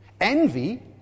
Envy